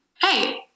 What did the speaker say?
Hey